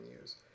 use